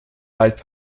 bald